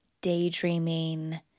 daydreaming